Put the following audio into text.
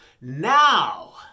Now